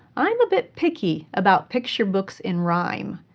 i'm a bit picky about picture books in rhyme,